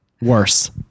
Worse